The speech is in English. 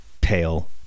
pale